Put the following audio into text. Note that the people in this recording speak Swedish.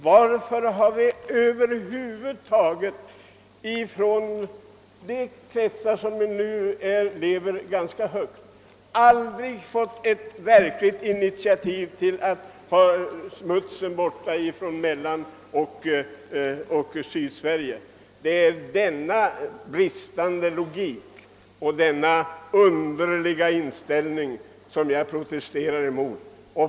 Varför har det över huvud taget från kretsar som nu lever ganska högt aldrig tagits ett verkligt initiativ till att få bort smutsen från Mellansverige och Sydsverige? Det är mot denna bristande logik och underliga inställning som jag protesterar.